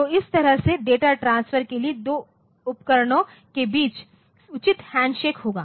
तो इस तरह से डेटा ट्रांसफर के लिए 2 उपकरणों के बीच उचित हैंडशेक होगा